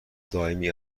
دائمی